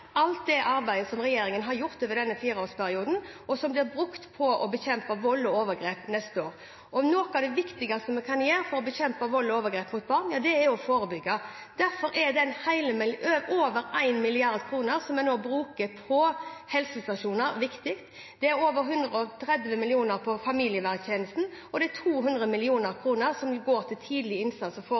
alt det arbeidet som regjeringen har gjort over denne fireårsperioden – og det som skal brukes for å bekjempe vold og overgrep neste år. Noe av det viktigste vi kan gjøre for å bekjempe vold og overgrep mot barn, er å forebygge. Derfor er det viktig at vi nå bruker over 1 mrd. kr på helsestasjoner, over 130 mill. kr på familieverntjenesten og 200 mill. kr til tidlig innsats og forebygging ute i kommunene. Dette kommer i tillegg til